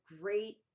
great